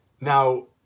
Now